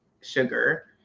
sugar